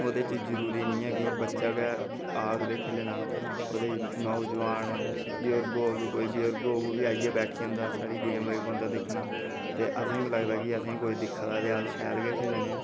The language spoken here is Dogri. ओह्दे च जरूरी नीं ऐ कि बच्चा गै औग ते खेलना ओह्दे च नौ जवान कोई बजुर्ग होग उब्भी आइयै बैठी जंदा साढ़ी गेम लगी पौंदा दिक्खन ते असें गी बी लगदा कि असें बी कोई दिक्खा दा ऐ ते अस शैल गै खेलने आं